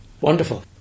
Wonderful